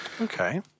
okay